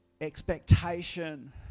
expectation